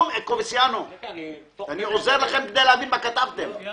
מה שאני